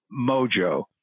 Mojo